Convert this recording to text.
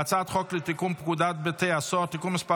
אני קובע כי הצעת חוק כליאתם של לוחמים בלתי חוקיים (תיקון מס'